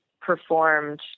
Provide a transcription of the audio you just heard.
performed